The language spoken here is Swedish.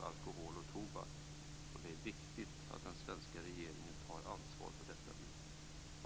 Det är viktigt att den svenska regeringen nu tar ansvar för detta.